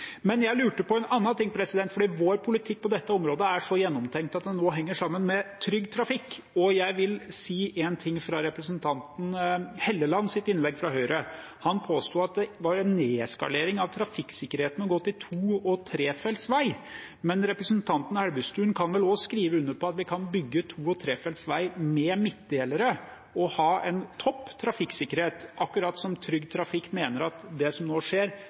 Jeg lurte på en annen ting: Vår politikk på dette området er så gjennomtenkt at den nå henger sammen med Trygg Trafikk. Jeg vil si én ting om innlegget til representanten Helleland fra Høyre. Han påsto at det var en nedskalering av trafikksikkerheten å gå til to- og trefelts vei, men representanten Elvestuen kan vel også skrive under på at vi kan bygge to- og trefelts vei med midtdelere og ha en topp trafikksikkerhet? Trygg Trafikk mener at det som skjer nå,